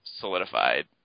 solidified